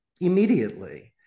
immediately